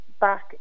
back